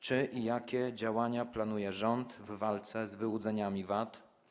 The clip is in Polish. Czy i jakie działania planuje rząd w walce z wyłudzeniami VAT?